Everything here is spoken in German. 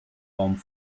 raum